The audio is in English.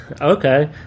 okay